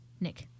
Nick